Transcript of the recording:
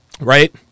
right